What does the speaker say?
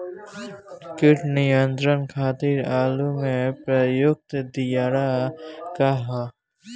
कीट नियंत्रण खातिर आलू में प्रयुक्त दियार का ह?